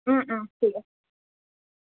ঠিক আছে